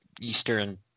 Eastern